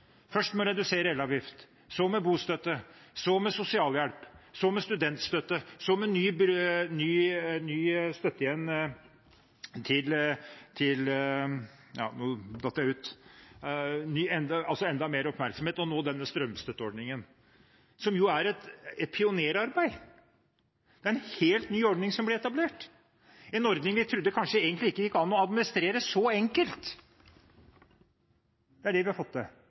først med å redusere elavgift, så med bostøtte, så med sosialhjelp, så med studentstøtte, så med enda mer oppmerksomhet og nå denne strømstøtteordningen, som jo er et pionerarbeid. Det er en helt ny ordning som blir etablert, en ordning vi trodde kanskje egentlig ikke gikk an å administrere så enkelt. Det er det vi har fått til.